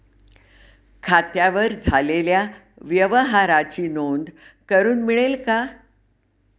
खात्यावर झालेल्या व्यवहाराची नोंद करून मिळेल का?